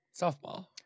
Softball